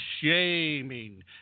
shaming